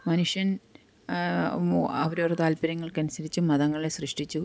മനുഷ്യൻ അവരവരെ താൽപര്യങ്ങൾക്കനുസരിച്ച് മതങ്ങളെ സൃഷ്ടിച്ചു